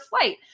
flight